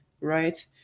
right